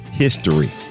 history